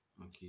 Okay